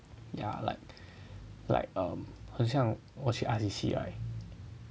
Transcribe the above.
ya like err 很像我去 R_C_C right